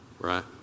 Right